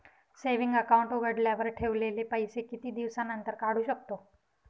Saving account उघडल्यावर ठेवलेले पैसे किती दिवसानंतर काढू शकतो?